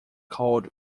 called